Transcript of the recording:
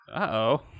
Uh-oh